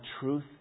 truth